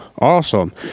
Awesome